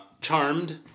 Charmed